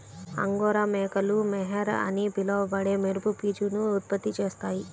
angora మేకలు mohair అని పిలువబడే మెరుపు పీచును ఉత్పత్తి చేస్తాయి